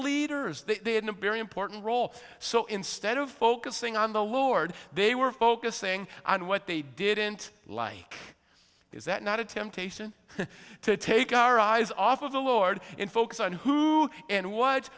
leaders they had a very important role so instead of focusing on the lord they were focusing on what they didn't like is that not a temptation to take our eyes off of the lord in focus on who and what